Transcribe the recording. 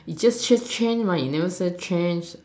just change change right it never say change